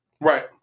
Right